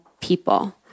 people